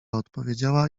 odpowiedziała